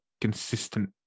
consistent